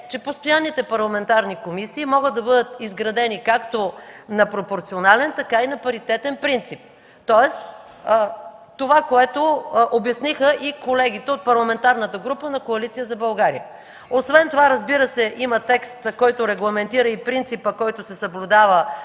че постоянните парламентарни комисии могат да бъдат изградени както на пропорционален, така и на паритетен принцип, тоест това, което обясниха и колегите от Парламентарната група на Коалиция за България. Освен това има и текст, който регламентира и принципа, който се съблюдава